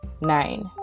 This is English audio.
Nine